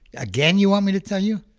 again you want me to tell you?